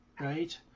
right